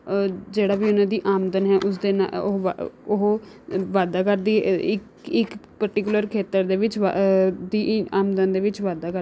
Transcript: ਜਿਹੜਾ ਵੀ ਉਹਨਾਂ ਦੀ ਆਮਦਨ ਹੈ ਉਸ ਦੇ ਨਾਲ ਉਹ ਉਹ ਵਾਧਾ ਕਰਦੀ ਹੈ ਇੱਕ ਇੱਕ ਪਰਟੀਕੁਲਰ ਖੇਤਰ ਦੇ ਵਿੱਚ ਦੀ ਆਮਦਨ ਦੇ ਵਿੱਚ ਵਾਧਾ ਕਰ